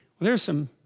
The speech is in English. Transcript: well there are some?